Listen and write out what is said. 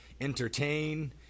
entertain